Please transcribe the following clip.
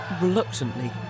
Reluctantly